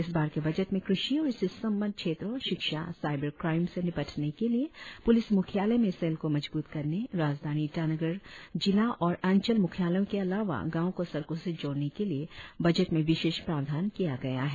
इस बार के बजट में कृषि और इससे संबंद्ध क्षेत्रों शिक्षा साईबर क्राईम से निपटने के लिए प्लिस म्ख्यालय में सेल को मजबूत करने राजधानी ईटानगर जिला और अंचल मुख्यालयों के अलावा गांवों को सड़कों से जोड़ने के लिए बजट में विशेष प्रावधान किया गया है